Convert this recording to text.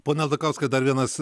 pone aldakauskai dar vienas